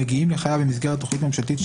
המגיעים לחייב במסגרת תכנית ממשלתית,